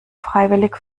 freiwillig